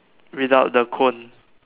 without the cone